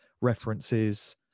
references